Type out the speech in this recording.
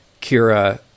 Kira